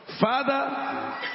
father